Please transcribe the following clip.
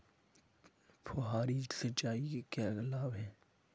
फुहारी सिंचाई के क्या लाभ हैं?